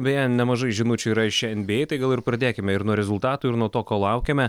beje nemažai žinučių yra iš nba tai gal ir pradėkime ir nuo rezultatų ir nuo to ko laukiame